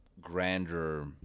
grander